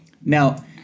Now